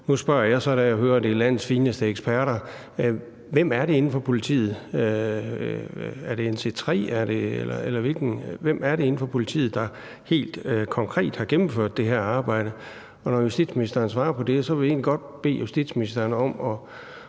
Nu spørger jeg så, da jeg hører, at det er landets fineste eksperter: Hvem er det inden for politiet? Er det NC3, eller hvem er det inden for politiet, der helt konkret har gennemført det her arbejde? Når justitsministeren svarer på det, vil jeg egentlig godt bede justitsministeren om